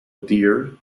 deer